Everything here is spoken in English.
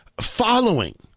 following